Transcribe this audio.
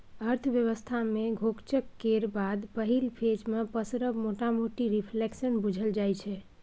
अर्थव्यवस्था मे घोकचब केर बाद पहिल फेज मे पसरब मोटामोटी रिफ्लेशन बुझल जाइ छै